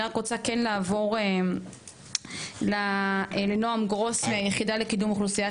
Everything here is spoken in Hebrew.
אני רק רוצה כן לעבור לנעם גרוס מהיחידה לקידום אוכלוסיית